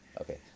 Okay